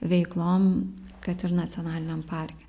veiklom kad ir nacionaliniam parke